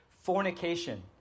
fornication